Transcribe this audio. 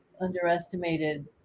underestimated